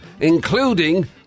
Including